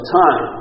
time